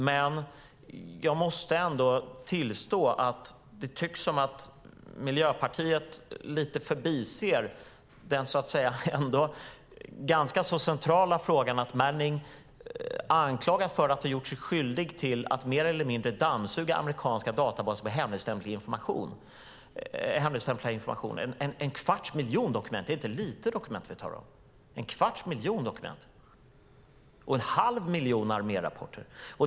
Men jag måste ändå tillstå att det tycks som att Miljöpartiet i någon mån förbiser den ändå ganska centrala frågan att Manning är anklagad för att ha gjort sig skyldig till att mer eller mindre dammsuga amerikanska databaser på hemligstämplad information. Det är fråga om en kvarts miljon dokument och en halv miljon armérapporter, och det är inte lite!